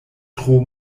tro